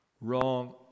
Wrong